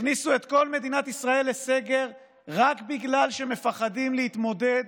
הכניסו את כל מדינת ישראל לסגר רק בגלל שמפחדים להתמודד